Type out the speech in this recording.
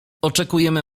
oczekujemy